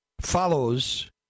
follows